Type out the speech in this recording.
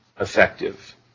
Effective